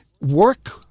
work